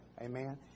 Amen